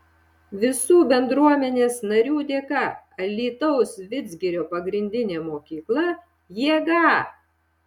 visų bendruomenės narių dėka alytaus vidzgirio pagrindinė mokykla jėga